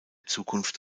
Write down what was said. zukunft